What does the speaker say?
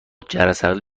جرثقیل